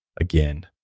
again